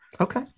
Okay